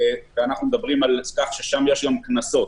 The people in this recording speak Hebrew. ואנחנו מדברים על כך ששם יש גם קנסות